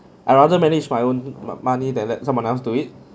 I rather manage my own mo~ money than let someone else do it